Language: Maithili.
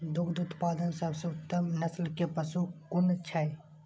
दुग्ध उत्पादक सबसे उत्तम नस्ल के पशु कुन छै?